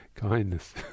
Kindness